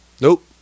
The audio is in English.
Nope